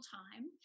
time